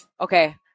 okay